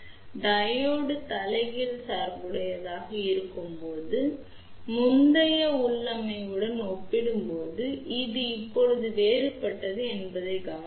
diode தலைகீழ் சார்புடையதாக இருக்கும்போது முந்தைய உள்ளமைவுடன் ஒப்பிடும்போது இது இப்போது வேறுபட்டது என்பதை கவனியுங்கள்